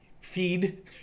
feed